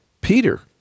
Peter